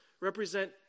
represent